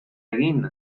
egin